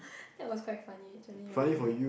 that was quite funny actually when I look back